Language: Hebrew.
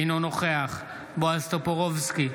אינו נוכח בועז טופורובסקי,